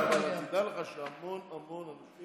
לא יודע, אבל תדע לך שהמון המון אנשים